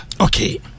okay